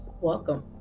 welcome